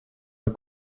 alt